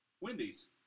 Wendy's